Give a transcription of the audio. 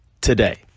Today